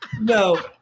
No